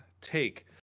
take